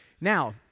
Now